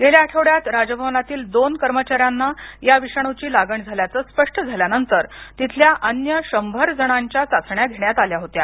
गेल्या आठवड्यात राजभवनातील दोन कर्मचाऱ्यांना या विषाणूची लागण झाल्याचं स्पष्ट झाल्यानंतर तिथल्या अन्य शंभर जणांच्या चाचण्या घेण्यात आल्या होत्या